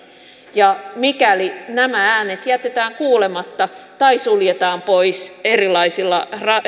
mikäli nämä äänet jätetään kuulematta tai suljetaan pois erilaisilla